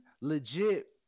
legit